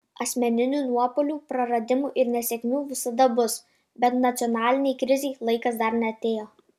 asmeninių nuopuolių praradimų ir nesėkmių visada bus bet nacionalinei krizei laikas dar neatėjo